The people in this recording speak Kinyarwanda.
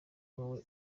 wowe